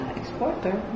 exporter